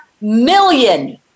million